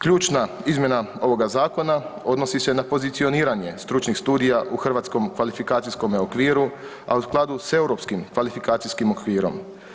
Ključna izmjena ovoga zakona odnosi se na pozicioniranje stručnih studija u Hrvatskome kvalifikacijskom okviru, a u skladu s Europskim kvalifikacijskim okvirom.